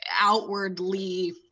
outwardly